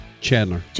Chandler